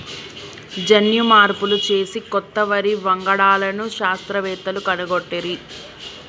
జన్యు మార్పులు చేసి కొత్త వరి వంగడాలను శాస్త్రవేత్తలు కనుగొట్టిరి